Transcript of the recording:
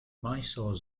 mysore